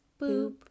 Boop